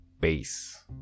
Base